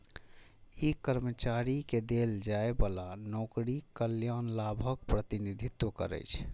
ई कर्मचारी कें देल जाइ बला नौकरीक कल्याण लाभक प्रतिनिधित्व करै छै